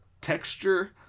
texture